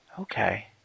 Okay